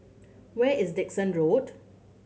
where is Dickson Road